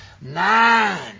Nine